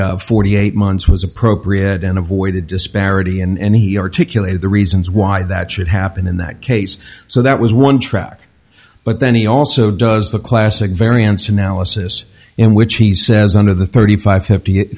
that forty eight months was appropriate and avoided disparity and he articulated the reasons why that should happen in that case so that was one track but then he also does the classic variance analysis in which he says under the thirty five